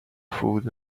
food